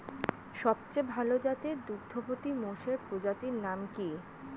সবচেয়ে ভাল জাতের দুগ্ধবতী মোষের প্রজাতির নাম কি?